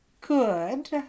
good